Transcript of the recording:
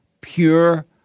pure